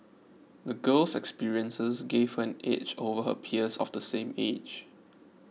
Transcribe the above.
the girl's experiences gave her an edge over her peers of the same age